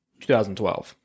2012